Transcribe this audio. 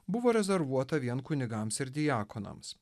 buvo rezervuota vien kunigams ir diakonams